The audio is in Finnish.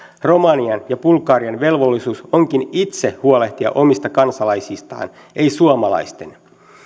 romanian ja bulgarian velvollisuus onkin itse huolehtia omista kansalaisistaan ei suomalaisten